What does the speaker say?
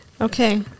Okay